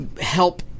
help